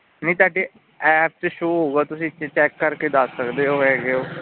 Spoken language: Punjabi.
ਨਹੀਂ ਤਾਂ ਅੱਗੇ ਐਪ 'ਚ ਸ਼ੋ ਹੋਵੇਗਾ ਤੁਸੀਂ ਚ ਚੈੱਕ ਕਰਕੇ ਦੱਸ ਸਕਦੇ ਹੋ ਹੈਗੇ ਹੋ